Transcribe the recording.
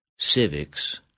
Civics